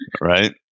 Right